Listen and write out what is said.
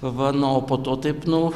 va na o po to taip nu